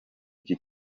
iki